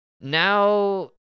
now